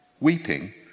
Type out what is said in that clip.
Weeping